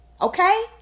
Okay